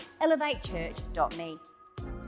elevatechurch.me